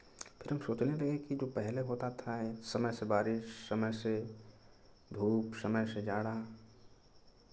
फिर हम सोचने लगे कि जो पहले होता था समय से बारिश समय से धूप समय से जाड़ा